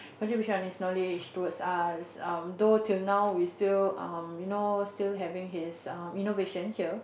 contribution of his knowledge towards us um though till now we still um you know still having his err innovation here